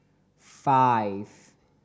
five